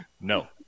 No